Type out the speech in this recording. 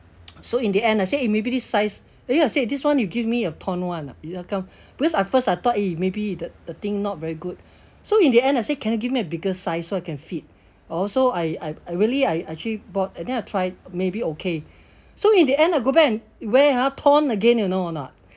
so in the end I say eh maybe this size !aiya! I say this [one] you give me a torn [one] lah how come because at first I thought eh maybe the the thing not very good so in the end I say can you give me a bigger size so I can fit also I I really I actually bought and then I try maybe okay so in the end I go back and wear ha torn again you know or not